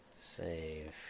Save